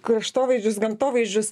kraštovaizdžius gamtovaizdžius